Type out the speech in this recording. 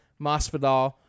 Masvidal